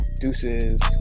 Deuces